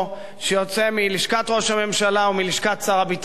שיוצא מלשכת ראש הממשלה ומלשכת שר הביטחון.